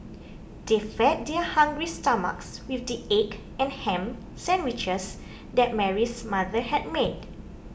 they fed their hungry stomachs with the egg and ham sandwiches that Mary's mother had made